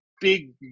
big